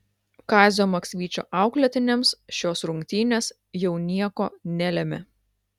kazio maksvyčio auklėtiniams šios rungtynės jau nieko nelėmė